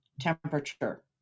temperature